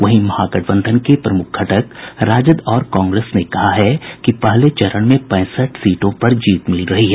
वहीं महागठबंधन के प्रमुख घटक राजद और कांग्रेस ने कहा है कि पहले चरण में पैंसठ सीटों पर जीत मिल रही है